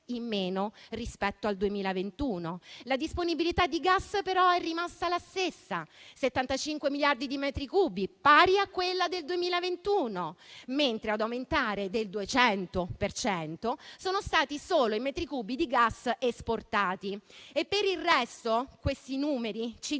in meno rispetto al 2021. La disponibilità di gas però è rimasta la stessa: 75 miliardi di metri cubi, pari a quella del 2021, mentre ad aumentare del 200 per cento sono stati solo i metri cubi di gas esportati. Per il resto, questi numeri ci